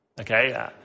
Okay